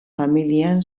familian